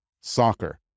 Soccer